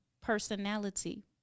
personality